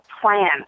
plan